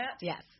Yes